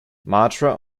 matra